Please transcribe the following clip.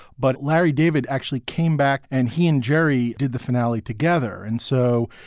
but larry david actually came back and he and jerry did the finale together. and so,